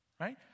Right